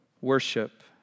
Worship